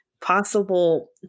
Possible